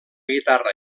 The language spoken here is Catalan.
guitarra